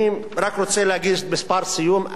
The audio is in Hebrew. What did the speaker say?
אני רק רוצה להגיד משפט סיום.